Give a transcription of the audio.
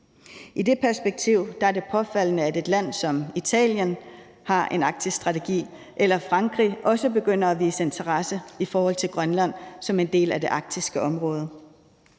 I det perspektiv er det påfaldende, at et land som Italien har en arktisk strategi, og at Frankrig også begynder at vise interesse for Grønland som en del af det arktiske område.